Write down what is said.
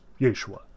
Yeshua